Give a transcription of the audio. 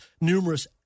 numerous